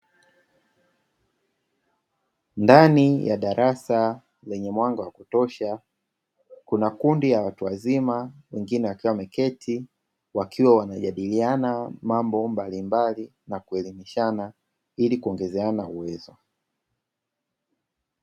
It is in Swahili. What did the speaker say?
Ndani ya darasa lenye mwanga wa kutosha kuna kundi la watu wazima wengine wakiwa wameketi, wakiwa wanajadiliana mambo mbalimbali na kuelimishana, ili kuongezeana uwezo.